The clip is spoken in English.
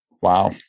Wow